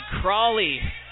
Crawley